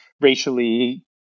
racially